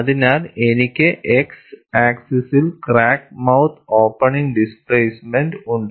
അതിനാൽ എനിക്ക് x ആക്സിസിൽ ക്രാക്ക് മൌത്ത് ഓപ്പണിംഗ് ഡിസ്പ്ലേസ്മെന്റ് ഉണ്ട്